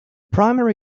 primary